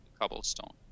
Cobblestone